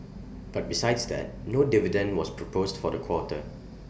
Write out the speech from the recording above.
but besides that no dividend was proposed for the quarter